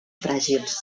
fràgils